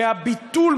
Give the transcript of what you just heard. מהביטול,